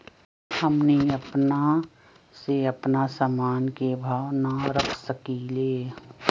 हमनी अपना से अपना सामन के भाव न रख सकींले?